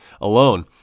alone